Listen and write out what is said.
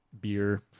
beer